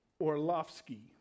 Orlovsky